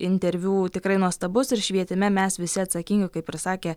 interviu tikrai nuostabus švietime mes visi atsakingi kaip ir sakė